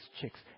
chicks